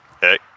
Hey